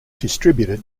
distributed